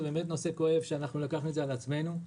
זה נושא כואב שלקחנו על עצמנו.